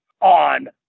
on